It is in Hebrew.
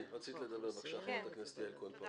רצית לדבר בבקשה, חברת הכנסת יעל כהן פארן.